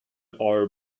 are